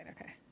Okay